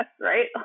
right